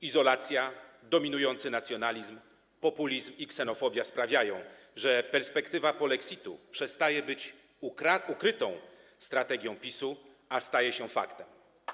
Izolacja, dominujący nacjonalizm, populizm i ksenofobia sprawiają, że perspektywa polexitu przestaje być ukrytą strategią PiS-u, a staje się faktem.